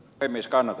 tömiskannat